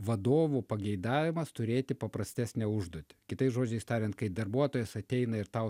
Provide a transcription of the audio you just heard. vadovų pageidavimas turėti paprastesnę užduotį kitais žodžiais tariant kai darbuotojas ateina ir tau